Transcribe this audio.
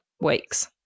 weeks